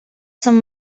sant